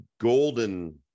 golden